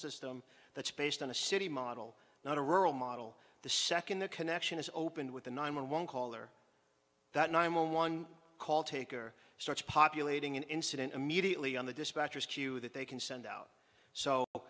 system that's based on a city model not a rural model the second the connection is opened with the nine one one call or that nine one one call taker starts populating an incident immediately on the dispatchers queue that they can send out so